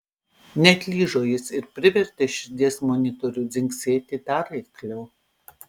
neatlyžo jis ir privertė širdies monitorių dzingsėti dar eikliau